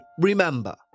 remember